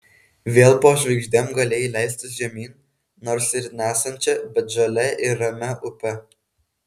vėl po žvaigždėm galėjai leistis žemyn nors ir nesančia bet žalia ir ramia upe